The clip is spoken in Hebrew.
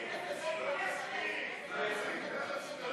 (תיקון מס' 51) (שינוי תכנית הטבות לצרכן או